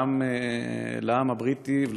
לעם הבריטי,